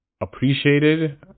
appreciated